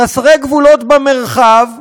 חסרי גבולות במרחב,